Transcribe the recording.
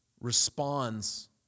responds